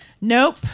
Nope